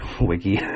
wiki